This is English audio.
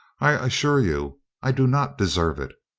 i assure you i do not deserve it.